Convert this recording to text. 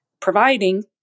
providing